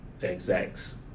exacts